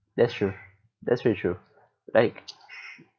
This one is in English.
that's true that's very true like